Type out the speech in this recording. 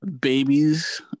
babies